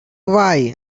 why